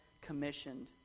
commissioned